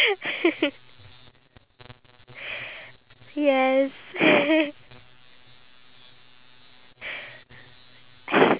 no I think I'll just I'll just probably be shocked but at the same time I'll find it interesting because you never really show that part of your side